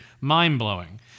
mind-blowing